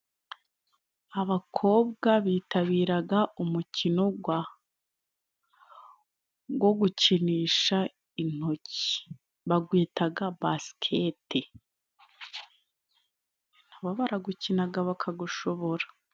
Abakobwa bitabira umukino wo gukinisha intoki, bawita basiketi, na bo barawukina bakawushobora.